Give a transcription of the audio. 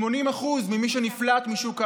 80% ממי שנפלט משוק העבודה,